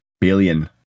billion